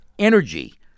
energy